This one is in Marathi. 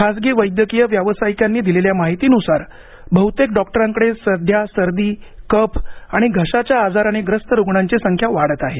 खासगी वैद्यकीय व्यावसायिकांनी दिलेल्या माहितीनुसार बहुतेक डॉक्टरांकडे सध्या सर्दी कफ आणि घशाच्या आजाराने ग्रस्त रुग्णांची संख्या वाढत आहे